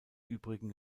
übrigen